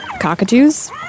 Cockatoos